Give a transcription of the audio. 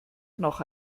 noch